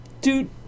Dude